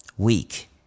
Weak